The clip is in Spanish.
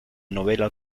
novela